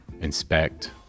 inspect